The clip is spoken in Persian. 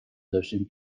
داشتیم